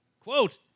Quote